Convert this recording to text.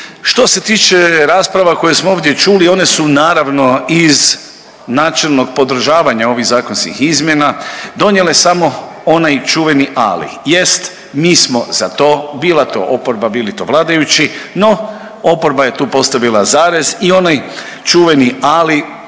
Što se tiče rasprava koje smo ovdje čuli one su naravno iz načelnog podržavanja ovih zakonskih izmjena donijele samo onaj čuveni ali, jest mi smo za to bila to oporba, bili to vladajući, no oporba je tu postavila zarez i onaj čuvani ali